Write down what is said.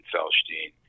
Felstein